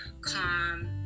calm